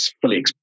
fully